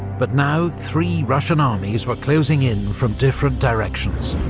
but now three russian armies were closing in from different directions,